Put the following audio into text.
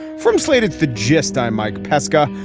from slate's the gist, i'm mike pesca.